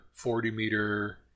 40-meter